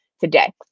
today